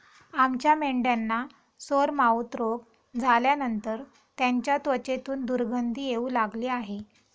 आमच्या मेंढ्यांना सोरमाउथ रोग झाल्यानंतर त्यांच्या त्वचेतून दुर्गंधी येऊ लागली आहे